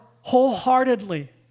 wholeheartedly